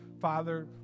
Father